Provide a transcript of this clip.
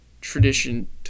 tradition